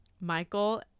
Michael